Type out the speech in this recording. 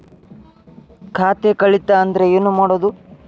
ಖಾತೆ ಕಳಿತ ಅಂದ್ರೆ ಏನು ಮಾಡೋದು?